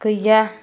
गैया